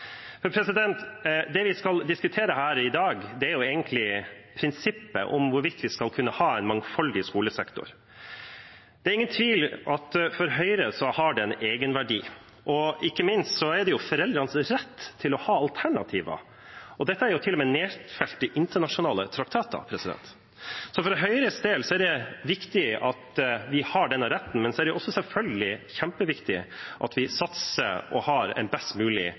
det vi skal diskutere her i dag, er egentlig prinsippet om hvorvidt vi skal kunne ha en mangfoldig skolesektor. Det er ingen tvil om at for Høyre har det en egenverdi. Ikke minst gjelder det foreldrenes rett til å ha alternativer. Dette er til og med nedfelt i internasjonale traktater. For Høyres del er det viktig at vi har denne retten, men selvfølgelig er det også kjempeviktig at vi satser på og har en best mulig offentlig skole. Det er nettopp derfor Høyre i regjering de siste årene har hatt en